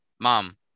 mom